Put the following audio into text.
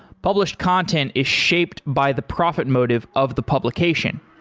published content is shaped by the profit motive of the publication.